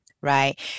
right